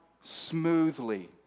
smoothly